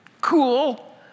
Cool